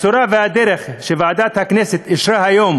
הצורה והדרך שבה ועדת הכנסת אישרה היום